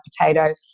potato